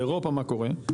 באירופה מה קורה?